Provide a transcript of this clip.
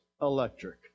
electric